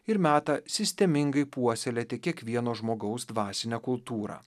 ir metą sistemingai puoselėti kiekvieno žmogaus dvasinę kultūrą